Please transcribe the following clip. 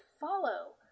follow